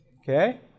okay